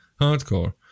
Hardcore